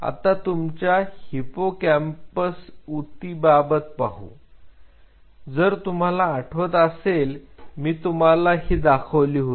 आता तुमच्या हिप्पोकॅम्पस ऊती बाबत पाहू जर तुम्हाला आठवत असेल मी तुम्हाला ही होती दाखवली होती